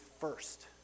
first